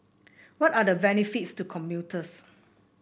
what are the benefits to commuters